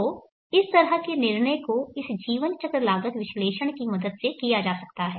तो इस तरह के निर्णय को इस जीवन चक्र लागत विश्लेषण की मदद से किया जा सकता है